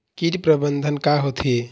कीट प्रबंधन का होथे?